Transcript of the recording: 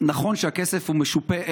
נכון שהכסף הוא משופה לרשויות,